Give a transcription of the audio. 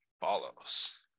follows